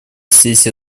сессия